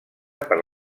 per